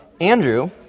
Andrew